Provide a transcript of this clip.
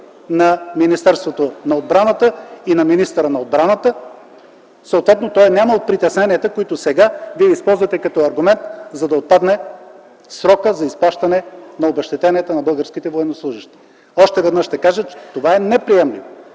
на Министерството на отбраната и на министъра на отбраната. Съответно той не е имал притесненията, които сега използвате като аргумент за отпадане срока за изплащане на обезщетенията на българските военнослужещи. Още веднъж ще кажа, че това е неприемливо